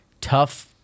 tough